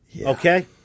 Okay